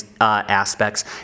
aspects